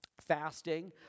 fasting